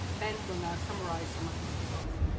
ben will now summarize some of these results.